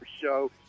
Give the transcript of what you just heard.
show